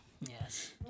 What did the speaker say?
Yes